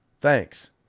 thanks